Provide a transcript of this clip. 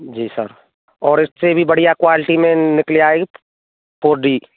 जी sir और इससे भी बढ़िया क्वालिटी में निकल आएगी फोर डी